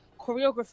choreography